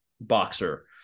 boxer